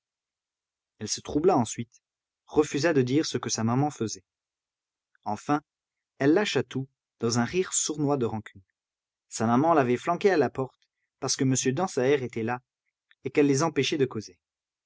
elle se troubla ensuite refusa de dire ce que sa maman faisait enfin elle lâcha tout dans un rire sournois de rancune sa maman l'avait flanquée à la porte parce que m dansaert était là et qu'elle les empêchait de causer